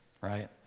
Right